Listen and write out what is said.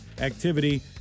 activity